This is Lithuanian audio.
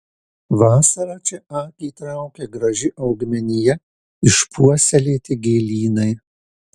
vasarą čia akį traukia graži augmenija išpuoselėti gėlynai